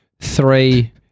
three